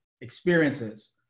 experiences